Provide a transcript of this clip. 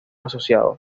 asociados